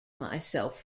myself